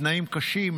תנאים קשים,